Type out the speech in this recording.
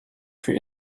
für